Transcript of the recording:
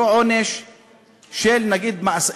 למשל,